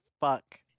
fuck